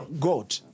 God